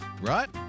right